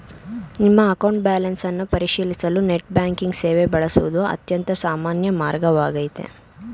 ನಿಮ್ಮ account balance ಅನ್ನ ಪರಿಶೀಲಿಸಲು ನೆಟ್ ಬ್ಯಾಂಕಿಂಗ್ ಸೇವೆ ಬಳಸುವುದು ಅತ್ಯಂತ ಸಾಮಾನ್ಯ ಮಾರ್ಗವಾಗೈತೆ